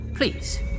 Please